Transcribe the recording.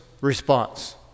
response